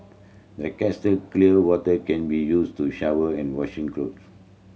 the clear water can be used to shower and washing clothes